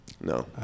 no